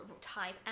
type